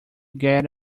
get